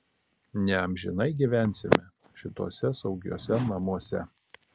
neamžinai gyvensime šituose saugiuose namuose